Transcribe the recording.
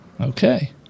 Okay